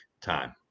time